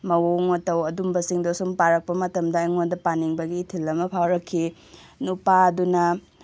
ꯃꯑꯣꯡ ꯃꯇꯧ ꯑꯗꯨꯒꯨꯝꯕ ꯁꯤꯡꯗꯣ ꯁꯨꯝ ꯄꯥꯔꯛꯄ ꯃꯇꯝꯗ ꯑꯩꯉꯣꯟꯗ ꯄꯥꯅꯤꯡꯕꯒꯤ ꯏꯊꯤꯜ ꯑꯃ ꯐꯥꯎꯔꯛꯈꯤ ꯅꯨꯄꯥ ꯑꯗꯨꯅ